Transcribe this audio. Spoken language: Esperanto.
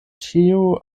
ĉiu